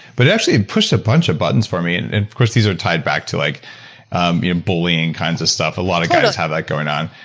but it actually pushed a bunch of buttons for me. and and of course, these are tied back to like and bullying kinds of stuff, a lot of guys have that going on.